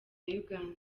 uganda